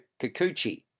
Kikuchi